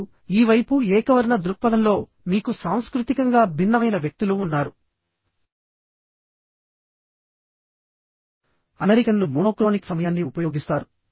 ఇప్పుడుఈ వైపు ఏకవర్ణ దృక్పథంలోమీకు సాంస్కృతికంగా భిన్నమైన వ్యక్తులు ఉన్నారు అమెరికన్లు మోనోక్రోనిక్ సమయాన్ని ఉపయోగిస్తారు